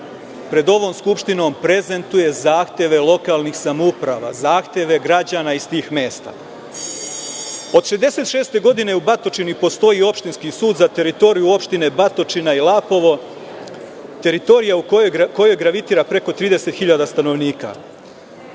pred ovom Skupštinom prezentuje zahteve lokalnih samouprava, zahteve građana iz tih mesta. Od 1966. godine u Batočini postoji Opštinski sud za teritoriju opštine Batočina i Lapovo. Teritorija u kojoj gravitira preko 30 hiljada stanovnika.